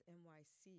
nyc